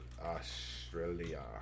Australia